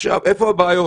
עכשיו, איפה הבעיות?